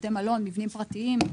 בתי מלון ומבנים פרטיים.